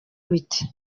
bite